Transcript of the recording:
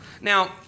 Now